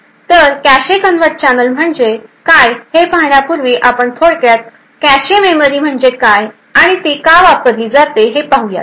तर cache convert channel म्हणजे काय हे पाहण्यापूर्वी आपण थोडक्यात कॅशे मेमरी म्हणजे काय आणि ती का वापरली जाते हे पाहुयात